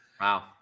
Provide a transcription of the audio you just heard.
Wow